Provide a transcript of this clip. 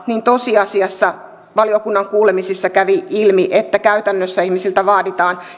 niin tosiasiassa valiokunnan kuulemisissa kävi ilmi että käytännössä ihmisiltä vaaditaan